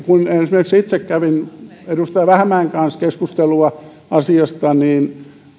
kun esimerkiksi itse kävin edustaja vähämäen kanssa keskustelua asiasta niin